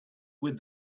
with